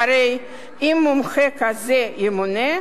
הרי אם מומחה כזה ימונה,